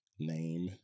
Name